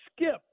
skip